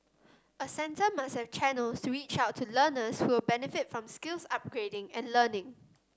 a centre must have channels to reach out to learners who will benefit from skills upgrading and learning